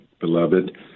beloved